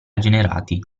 generati